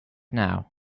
now